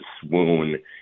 swoon